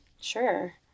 Sure